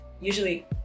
Usually